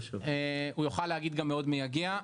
הוא יכול להגיד גם מאוד מייגע,